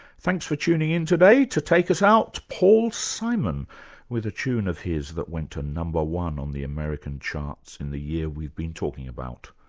thanks for tuning in today. to take us out, paul simon with a tune of his that went to no. one on the american charts in the year we've been talking about,